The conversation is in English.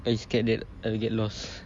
I scared that I'll get lost